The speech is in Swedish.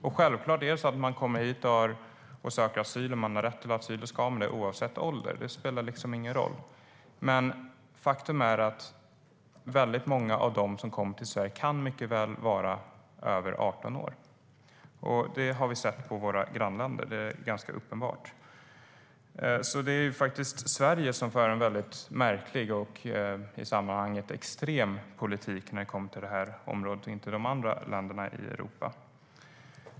Om man kommer hit och har rätt till asyl ska man självklart ha det, oavsett ålder. Det spelar liksom ingen roll. Men faktum är att många av dem som kommer till Sverige mycket väl kan vara över 18 år. Det har vi sett i våra grannländer. Det är ganska uppenbart. Det är faktiskt Sverige som för en märklig och i sammanhanget extrem politik på det här området, inte de andra länderna i Europa.